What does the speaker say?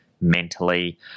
mentally